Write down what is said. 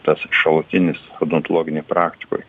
tas šautinis odontologinėj praktikoj